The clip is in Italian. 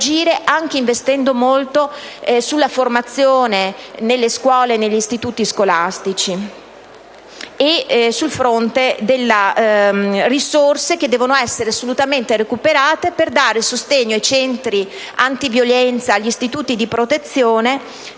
anche investendo molto sulla formazione nelle scuole e negli istituti scolastici, ma anche sul fronte delle risorse, che devono essere assolutamente recuperate per dare sostegno ai centri antiviolenza e agli istituti di protezione,